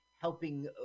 helping